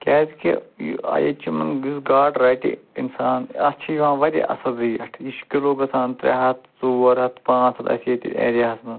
کیٛازِکہِ یہِ ییٚتہِ چھُ یِمن یُس گاڈٕ رٹہِ اِنسان اَتھ چھِ یِوان واریاہ اَصٕل ریٹ یہِ چھُ کِلو گژھان ترٛےٚ ہتھ ژور ہتھ پانٛژھ ہتھ اَسہِ ییٚتہِ ایٚریاہس منٛز